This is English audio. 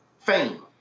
fame